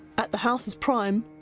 at the house's prime,